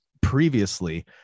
previously